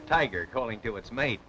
a tiger calling to its mate